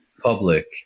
public